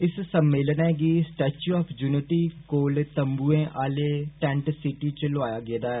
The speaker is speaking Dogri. इस सम्मेलन गी स्टैच्यू आफ यूनिटी कोल तम्बुऐ आली टैन्ट सिटी च लुआया गेदा ऐ